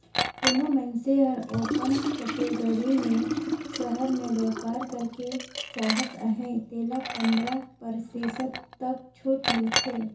कोनो मइनसे हर ओपन कटेगरी में सहर में बयपार करेक चाहत अहे तेला पंदरा परतिसत तक छूट मिलथे